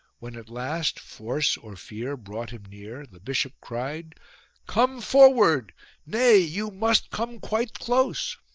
when at last force or fear brought him near, the bishop cried come forward nay, you must come quite close.